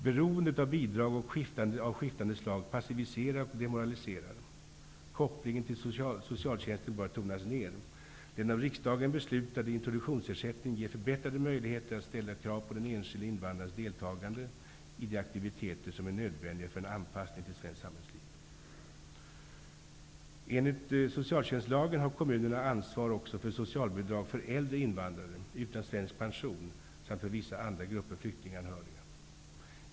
Beroendet av bidrag av skiftande slag passiviserar och demoraliserar. Kopplingen till socialtjänsten bör tonas ner. Den av riksdagen beslutade introduktionsersättningen ger förbättrade möjligheter att ställa krav på den enskilde invandrarens deltagande i de aktiviteter som är nödvändiga för en anpassning till svenskt samhällsliv. Enligt socialtjänstlagen har kommunerna ansvar också för socialbidrag för äldre invandrare utan svensk pension samt för vissa andra grupper flyktinganhöriga.